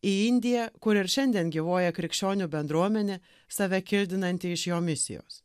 į indiją kur ir šiandien gyvuoja krikščionių bendruomenė save kildinanti iš jo misijos